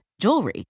jewelry